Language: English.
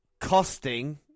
costing